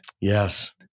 Yes